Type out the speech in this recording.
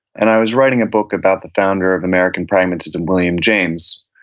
and i was writing a book about the founder of american pragmatism, william james.